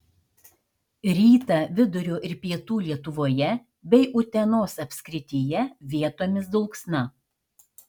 rytą vidurio ir pietų lietuvoje bei utenos apskrityje vietomis dulksna